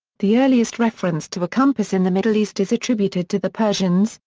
the earliest reference to a compass in the middle east is attributed to the persians,